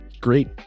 Great